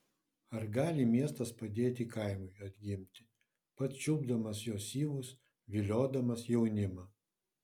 ar gali miestas padėti kaimui atgimti pats čiulpdamas jo syvus viliodamas jaunimą